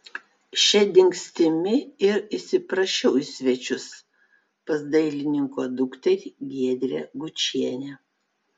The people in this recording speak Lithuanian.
šia dingstimi ir įsiprašiau į svečius pas dailininko dukterį giedrę gučienę